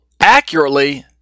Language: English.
accurately